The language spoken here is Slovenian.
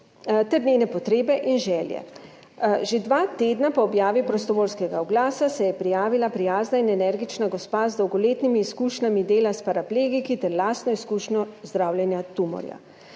ter njene potrebe in želje. Že dva tedna po objavi prostovoljskega oglasa se je prijavila prijazna in energična gospa z dolgoletnimi izkušnjami dela s paraplegiki ter lastno izkušnjo zdravljenja tumorja.